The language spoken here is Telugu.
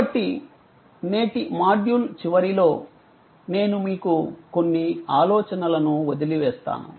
కాబట్టి నేటి మాడ్యూల్ చివరిలో నేను మీకు కొన్ని ఆలోచనలను వదిలివేస్తాను